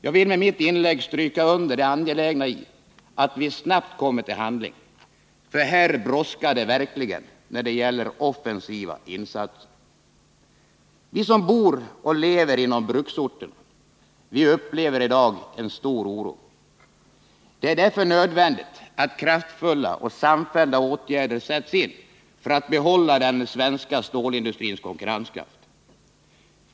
Jag vill med mitt inlägg stryka under det angelägna i att vi snabbt kommer till handling, för här brådskar det verkligen när det gäller offensiva insatser. Vi som bor inom bruksorterna upplever i dag en stor oro. Det är därför nödvändigt att kraftfulla och samfällda åtgärder sätts in för att behålla den svenska stålindustrins konkurrenskraft.